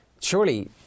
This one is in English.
surely